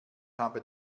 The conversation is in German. habe